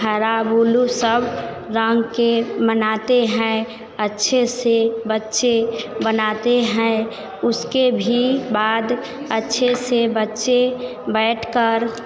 हरा बुलु सब रंग के मनाते हैं अच्छे से बच्चे बनाते हैं उसके भी बाद अच्छे से बच्चे बैठकर